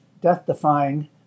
death-defying